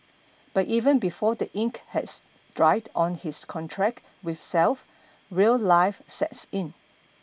but even before the ink has dried on his contract with self real life sets in